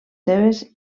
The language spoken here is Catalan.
seves